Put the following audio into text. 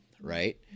right